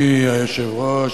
אדוני היושב-ראש,